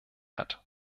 hat